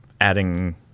adding